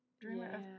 Dreamer